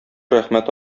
рәхмәт